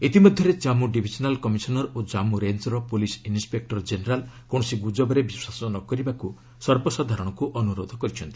ଇତିମଧ୍ୟରେ କ୍ରାମ୍ଗୁ divisional commissioner ଓ ଜାମ୍ଗୁ ରେଞ୍ଜ୍ର ପୋଲିସ୍ ଇନ୍ନପେକ୍ଟର ଜେନେରାଲ୍ କୌଣସି ଗୁଜବରେ ବିଶ୍ୱାସ ନ କରିବାକୁ ସର୍ବସାଧାରଣଙ୍କୁ ଅନୁରୋଧ କରିଛନ୍ତି